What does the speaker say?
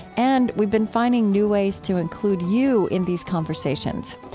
and we've been finding new ways to include you in these conversation.